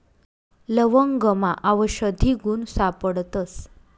लवंगमा आवषधी गुण सापडतस